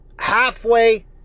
halfway